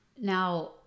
Now